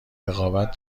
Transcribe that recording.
رقابت